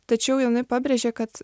tačiau jinai pabrėžė kad